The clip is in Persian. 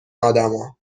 آدمها